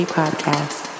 podcast